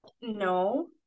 no